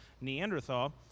Neanderthal